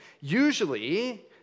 Usually